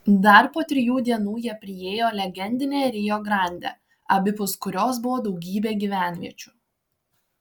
dar po trijų dienų jie priėjo legendinę rio grandę abipus kurios buvo daugybė gyvenviečių